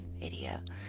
idiot